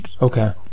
Okay